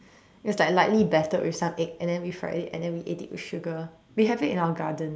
it was like lightly battered with some egg and the we fried it and then we ate it with sugar we have it in our gardens